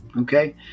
okay